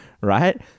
right